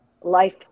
life